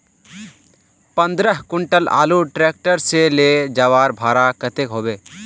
पंद्रह कुंटल आलूर ट्रैक्टर से ले जवार भाड़ा कतेक होबे?